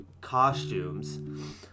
costumes